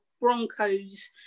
Broncos